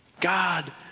God